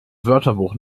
wörterbuch